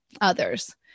others